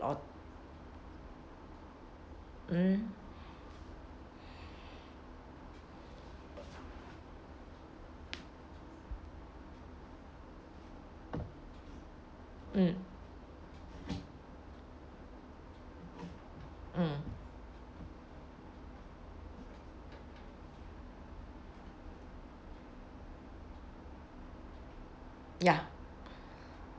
or mm mm mm ya